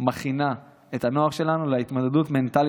מכינה את הנוער שלנו להתמודדות מנטלית,